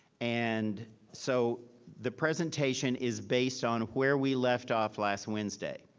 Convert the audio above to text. and so the presentation is based on where we left off last wednesday.